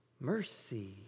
mercy